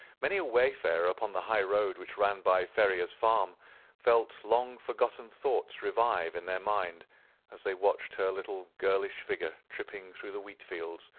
many a wayfarer upon the high road which ran by ferrier's farm felt long-forgotten thoughts revive in their mind as they watched her lithe girlish figure tripping through the wheatfields,